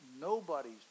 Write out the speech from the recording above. nobody's